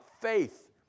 faith